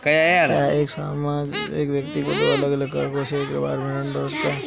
क्या एक व्यक्ति दो अलग अलग कारणों से एक बार में दो ऋण ले सकता है?